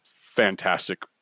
fantastic